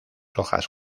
hojas